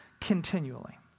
continually